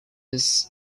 his